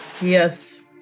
Yes